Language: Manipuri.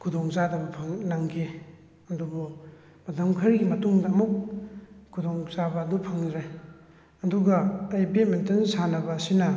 ꯈꯨꯗꯣꯡ ꯆꯥꯗꯕ ꯅꯪꯈꯤ ꯑꯗꯨꯕꯨ ꯃꯇꯝ ꯈꯔꯒꯤ ꯃꯇꯨꯡꯗ ꯑꯃꯨꯛ ꯈꯨꯗꯣꯡ ꯆꯥꯕ ꯑꯗꯨ ꯐꯪꯗ꯭ꯔꯦ ꯑꯗꯨꯒ ꯑꯩ ꯕꯦꯗꯃꯤꯟꯇꯟ ꯁꯥꯟꯅꯕ ꯑꯁꯤꯅ